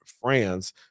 France